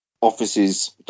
offices